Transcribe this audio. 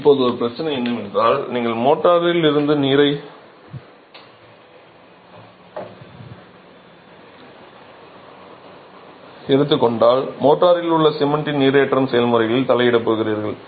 இப்போது இது ஒரு பிரச்சனை ஏனென்றால் நீங்கள் மோர்டரில் இருந்து நீரை எடுத்துக் கொண்டால் மோர்டாரில் உள்ள சிமெண்டின் நீரேற்றம் செயல்முறைகளில் தலையிடப் போகிறீர்கள்